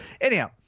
Anyhow